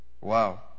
Wow